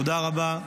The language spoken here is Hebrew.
תודה רבה.